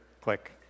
click